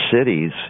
cities